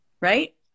right